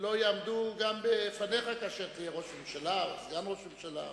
לא יעמדו גם בפניך כאשר תהיה ראש הממשלה או סגן ראש הממשלה.